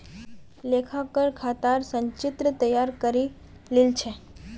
लेखाकार खातर संचित्र तैयार करे लील छ